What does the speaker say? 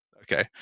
Okay